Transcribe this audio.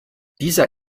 dieser